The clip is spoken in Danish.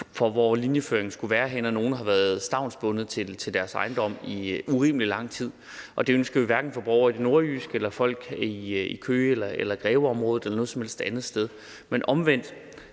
for, hvor linjeføringen skulle være henne, og hvor nogle har været stavnsbundet til deres ejendom i urimelig lang tid. Det ønsker vi hverken for borgere i det nordjyske eller for folk i Køge eller i Greveområdet eller noget som helst andet sted. Men omvendt